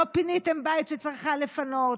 לא פינתם בית שצריך היה לפנות,